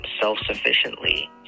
self-sufficiently